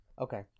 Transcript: okay